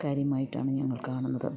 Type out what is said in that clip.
കാര്യമായിട്ടാണ് ഞങ്ങൾ കാണുന്നത്